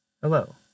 Hello